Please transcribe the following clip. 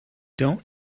don’t